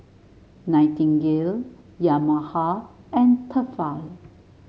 Nightingale Yamaha and Tefal